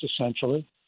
essentially